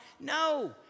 No